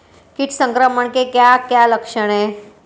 कीट संक्रमण के क्या क्या लक्षण हैं?